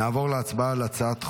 נעבור להצבעה על הצעת חוק,